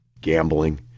gambling